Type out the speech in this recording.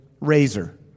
razor